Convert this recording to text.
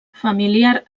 familiar